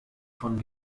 von